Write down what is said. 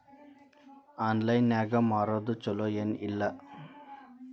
Online ನಾಗ್ ಮಾರೋದು ಛಲೋ ಏನ್ ಇಲ್ಲ?